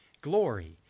glory